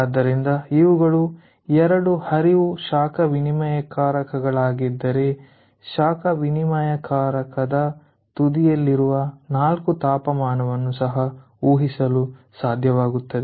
ಆದ್ದರಿಂದ ಇವುಗಳು 2 ಹರಿವು ಶಾಖ ವಿನಿಮಯಕಾರಕಗಳಾಗಿದ್ದರೆ ಶಾಖ ವಿನಿಮಯಕಾರಕದ ತುದಿಯಲ್ಲಿರುವ ನಾಲ್ಕು ತಾಪಮಾನವನ್ನು ಸಹ ಊಹಿಸಲು ಸಾಧ್ಯವಾಗುತ್ತದೆ